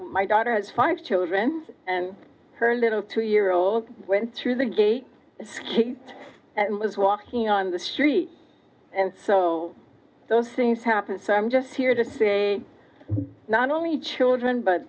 my daughter has five children and her little two year old went through the gate she was walking on the street and so those things happened so i'm just here to say not only children but